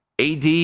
AD